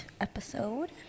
episode